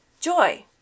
Joy